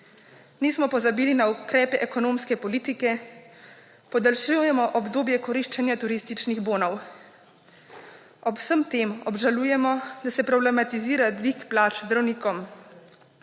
Nismo pozabili na ukrepe ekonomske politike. Podaljšujemo obdobje koriščenja turističnih bonov. Ob vsem tem obžalujemo, da se problematizira dvig plač zdravnikom.